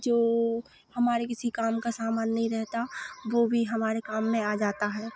जो हमारे किसी काम का सामान नहीं रहता वो भी हमारे काम में आ जाता है